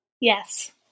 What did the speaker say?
Yes